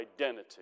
identity